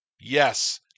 Yes